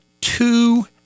two